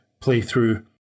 playthrough